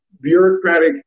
bureaucratic